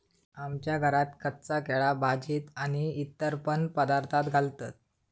आमच्या घरात कच्चा केळा भाजीत आणि इतर पण पदार्थांत घालतत